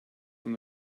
from